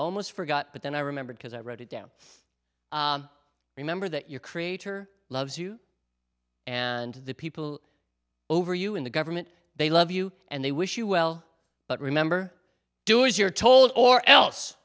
almost forgot but then i remembered because i wrote it down remember that your creator loves you and the people over you in the government they love you and they wish you well but remember do is you're told or else